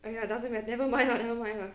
!aiya! doesn't nevermind nevermind lah